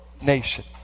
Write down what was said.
nation